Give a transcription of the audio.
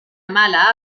mala